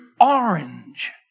orange